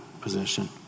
position